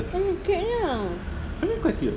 mm cute nya